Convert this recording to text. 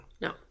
No